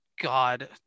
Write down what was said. God